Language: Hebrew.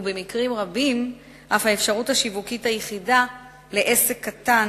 ובמקרים רבים אף האפשרות השיווקית היחידה לעסק קטן,